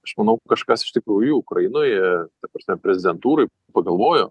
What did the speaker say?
aš manau kažkas iš tikrųjų ukrainoj ta prasme prezidentūroj pagalvojo